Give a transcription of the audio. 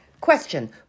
Question